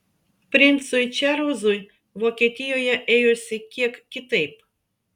princui čarlzui vokietijoje ėjosi kiek kitaip